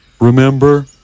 Remember